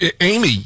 Amy